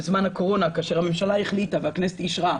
בזמן הקורונה,